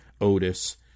Otis